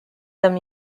them